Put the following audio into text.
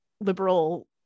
liberal